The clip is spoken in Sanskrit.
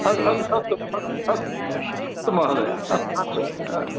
अस् अस् अस्तु अस्तु महोदय अस्तु अस्तु